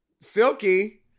Silky